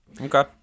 Okay